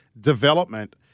development